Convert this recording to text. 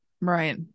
right